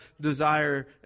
desire